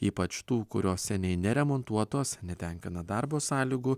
ypač tų kurios seniai neremontuotos netenkina darbo sąlygų